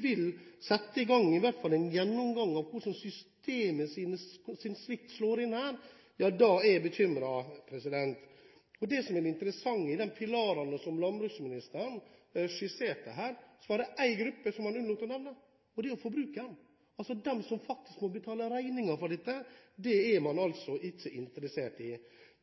vil sette i gang i hvert fall en gjennomgang av hvordan systemets svikt slår inn her, da er jeg bekymret. Det som er det interessante med de pilarene som landbruksministeren skisserte her, er at det var én gruppe som han unnlot å nevne, og det var forbrukerne, de som faktisk må betale regningen for dette. Dem er man altså ikke interessert i.